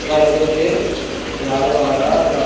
رہتے تھے جھاڑ وغیرہ